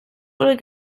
oder